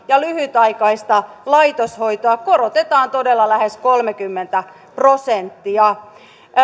ja lyhytaikaista laitoshoitoa korotetaan lähes kolmekymmentä prosenttia